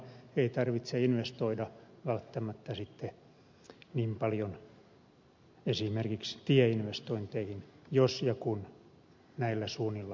ei tarvitse investoida välttämättä sitten niin paljon esimerkiksi tieinvestointeihin jos ja kun näillä suunnilla päästäisiin eteenpäin